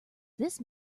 this